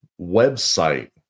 website